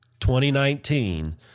2019